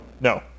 no